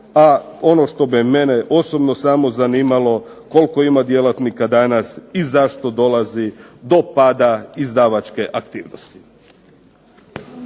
A ono što bi mene osobno samo zanimalo koliko ima djelatnika danas i zašto dolazi do pada izdavačke aktivnosti.